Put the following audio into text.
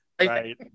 right